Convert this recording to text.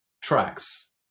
tracks